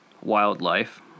wildlife